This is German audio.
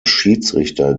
schiedsrichter